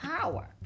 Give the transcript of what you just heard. power